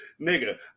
Nigga